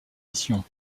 mission